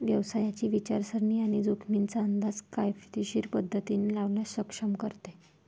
व्यवसायाची विचारसरणी आणि जोखमींचा अंदाज किफायतशीर पद्धतीने लावण्यास सक्षम करते